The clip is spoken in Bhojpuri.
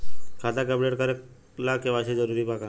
खाता के अपडेट करे ला के.वाइ.सी जरूरी बा का?